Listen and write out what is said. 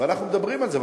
ואנחנו מדברים על זה,